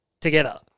together